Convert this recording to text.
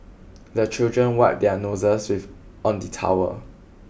the children wipe their noses with on the towel